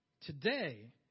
today